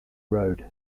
road